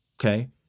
okay